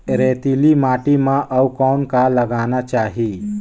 रेतीली माटी म अउ कौन का लगाना चाही?